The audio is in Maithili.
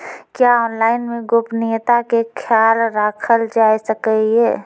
क्या ऑनलाइन मे गोपनियता के खयाल राखल जाय सकै ये?